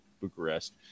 bucharest